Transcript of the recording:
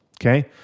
okay